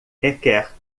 requer